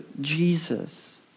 Jesus